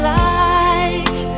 light